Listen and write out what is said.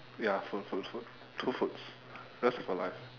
ya food food food two foods rest of your life